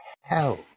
hell